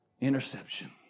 interception